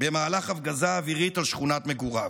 במהלך הפגזה אווירית על שכונת מגוריו,